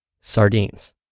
sardines